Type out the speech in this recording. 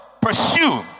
pursue